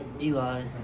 Eli